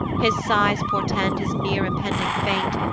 his sighs portend his near impending fate.